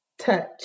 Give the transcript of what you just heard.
Touch